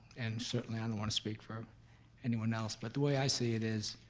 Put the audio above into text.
and certainly i don't want to speak for anyone else, but the way i see it is